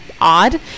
odd